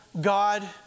God